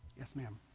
yes, ma'am